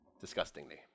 Disgustingly